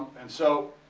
and so